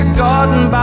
garden